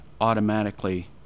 automatically